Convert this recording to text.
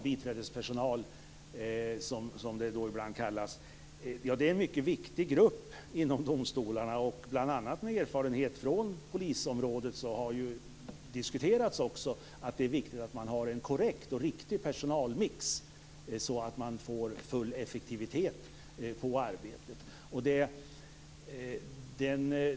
Biträdespersonalen, som den ibland kallas, är en mycket viktig grupp inom domstolarna. Bl.a. med erfarenhet från polisområdet har det också diskuterats att det är viktigt att ha en korrekt och riktig personalmix för att uppnå full effektivitet i arbetet.